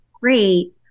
great